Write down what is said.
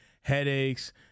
headaches